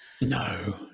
No